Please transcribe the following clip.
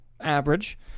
average